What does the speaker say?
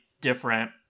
different